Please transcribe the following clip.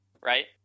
right